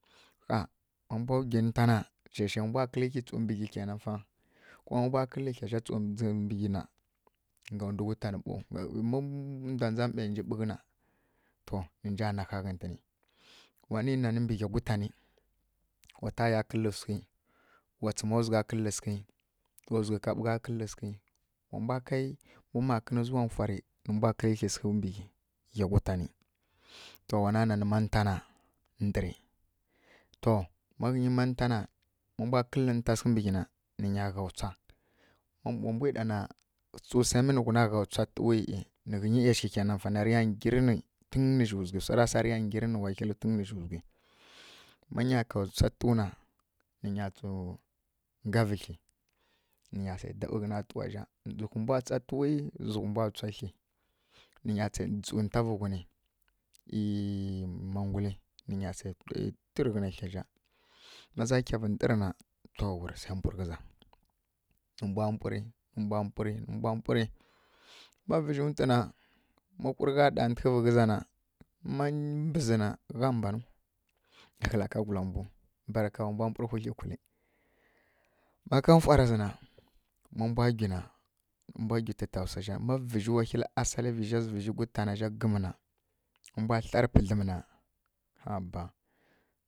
Ƙha má mbwa gwin nta na mbwa kǝ́lǝ́ thyi tsǝw mbǝ ghyi kǝna fá. Kuma ma mbwa kǝ́lǝ́ thla zha tsǝ mbǝ ghyi na, nggaw ndu gutan ɓaw ndwa ndza mai nji ɓughǝ na, to nǝ nja nha ghǝtǝn, wanǝ na nǝ mbǝ ghya gutanǝ, wa taya kǝ́lǝ́ sǝghǝ wa tsǝma zugha kǝ́lǝ́ sǝghǝ, wa zugha ká ɓugha kǝ́lǝ́ sǝghǝ, wa mbwa kai makǝnǝ sǝghǝrǝ nfwaɗǝ nǝ mbwa kǝ́lǝ́ thyi sǝghǝ mbǝ ghyi, ghya gutanǝ. To wana nanǝ man nta na ndǝrǝ, to man nta na ma mbwa kǝ́lǝ́ nta sǝghǝ mbǝ ghyi na nǝ nya ghaw tswa. Wu mbwi ɗana sai mǝ nǝ nuwa gha tswa tǝwi, nǝ ghǝnyi ˈyashighǝ kene fá swarǝ ya ndarǝ nggyirǝ nǝ tun nǝ zhi zughǝ, swara sa rǝ ya nggyirǝ nǝ wahilǝ tun nǝ zhi zughǝ. Má nya kaw tswa tǝwu na nǝ nya rǝ nggavǝ thyi nǝ nya sai ɗaɓǝ ghǝna tǝwa zha zǝhwi mbwa tswa tǝwi zǝhwi mbwa tswa thyi. Nǝ nya tsǝw ntavǝ ghunǝ ˈyi mangulǝ nǝ nya sǝghǝ twi rǝ thya zha ma za kyavǝ ndǝrǝ na, to wurǝ sai mpurǝ ghǝza. Nǝ mbwa mpurǝ, nǝ mbwa mpurǝ, nǝ mbwa mpurǝ. Má vǝzhi ntu na ma hurǝ gha ɗantǝghǝvǝ ghǝzǝ na mbǝzǝ na gha mbanǝw kǝla kagula mbu. Barika wa mbwa mpurǝ hwi thyi kulǝ. Má ka nfwara zǝ na, ma mbwa gwi na, ma mbwa gwi tǝta swu zha, ma vǝzhi wahilǝ asaliya vǝzha zǝ vǝzhi gutana zhá gǝm na, ma mbwa dlarǝ pǝdlǝm na haba.